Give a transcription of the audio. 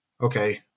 okay